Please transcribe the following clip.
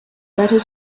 better